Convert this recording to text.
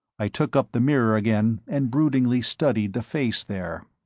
i took up the mirror again and broodingly studied the face there.